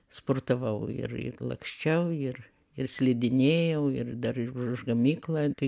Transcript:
sportavau ir ir laksčiau ir ir slidinėjau ir dar už gamyklą kai